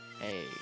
Hey